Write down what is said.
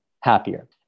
happier